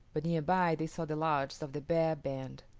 but near by they saw the lodges of the bear band,